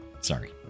Sorry